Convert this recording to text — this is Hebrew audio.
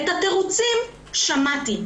את התירוצים שמעתי.